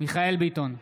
מיכאל מרדכי ביטון,